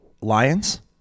Lions